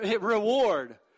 reward